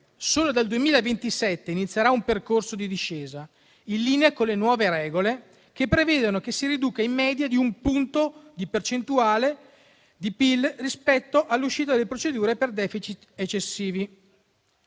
solo dal 2027 inizierà un percorso di discesa, in linea con le nuove regole che prevedono che si riduca in media di un punto di percentuale di PIL rispetto all'uscita dalle procedure per *deficit* eccessivi.